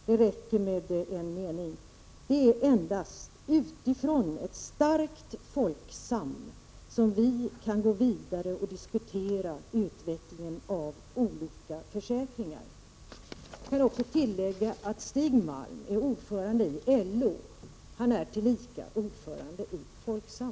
Det räcker med en mening: ”Det är endast utifrån ett starkt Folksam som vi kan gå vidare och diskutera utvecklingen av olika försäkringar.” Jag kan tillägga att Stig Malm, som är ordförande i LO, tillika är ordförande i Folksam.